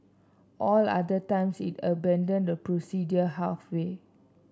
all other times it abandoned the procedure halfway